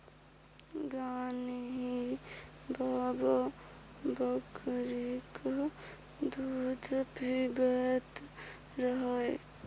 गान्ही बाबा बकरीक दूध पीबैत रहय